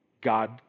God